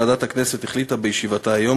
ועדת הכנסת החליטה בישיבתה היום,